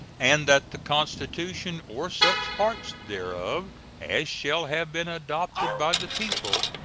and that the constitution, or such parts thereof as shall have been adopted by the people,